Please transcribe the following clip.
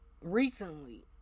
recently